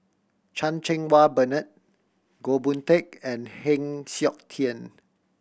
Chan Cheng Wah Bernard Goh Boon Teck and Heng Siok Tian